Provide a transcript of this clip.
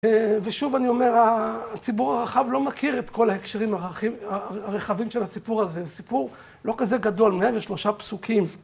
ושוב, אני אומר, הציבור הרחב לא מכיר את כל ההקשרים הרחבים של הסיפור הזה. סיפור לא כזה גדול, מאה ושלושה פסוקים.